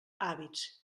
hàbits